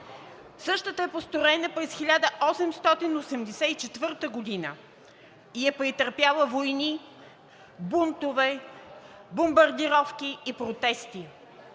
Същата е построена през 1884 г. и е претърпяла войни, бунтове, бомбардировки и протести.